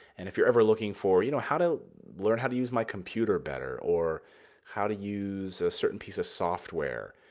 and if you're ever looking for you know how to learn how to use my computer better or how to use a certain piece of software,